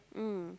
mm